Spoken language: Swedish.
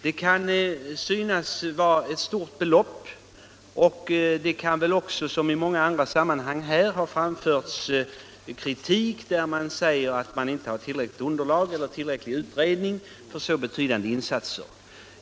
Det kan synas vara ett stort belopp. Som i många andra sammanhang kan den kritiken framföras att det inte har gjorts tillräckliga utredningar för dessa betydande insatser.